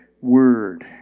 word